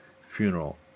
funeral